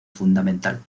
fundamental